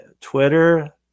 Twitter